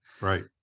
Right